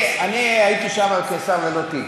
אני הייתי שם כשר ללא תיק.